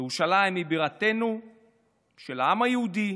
ירושלים היא בירתו של העם היהודי,